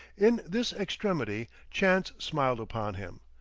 in this extremity, chance smiled upon him.